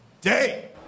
day